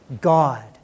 God